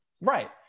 right